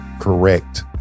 correct